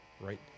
Right